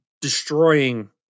destroying